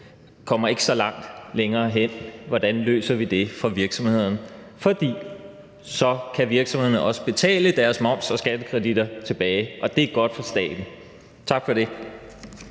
kommer ikke så langt længere hen. Hvordan løser vi det for virksomhederne? For så kan virksomhederne også betale deres moms- og skattekreditter tilbage, og det er godt for staten. Tak for det.